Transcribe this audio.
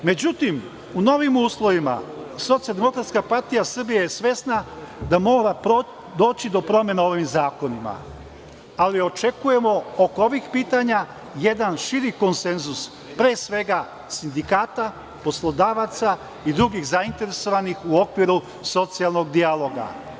Međutim, u novim uslovima SDPS je svesna da mora doći do promene ovih zakona, ali očekujemo oko ovih pitanja jedan širi konsenzus, pre svega sindikata, poslodavaca i drugih zainteresovanih u okviru socijalnog dijaloga.